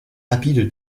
rapide